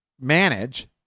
manage